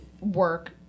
work